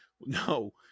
No